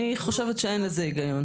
לדעתי אין.